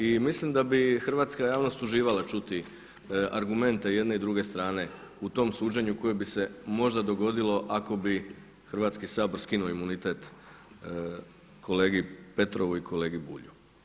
I mislim da bi hrvatska javnost uživala čuti argumente jedne i druge strane u tom suđenju koje bi se možda dogodilo ako bi Hrvatski sabor skinuo imunitet kolegi Petrovu i kolegi Bulju.